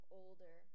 older